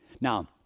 Now